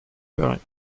paris